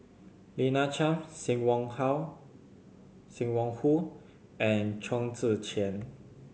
Lina Chiam Sim Wong How Sim Wong Hoo and Chong Tze Chien